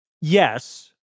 Yes